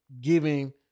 giving